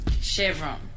Chevron